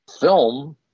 film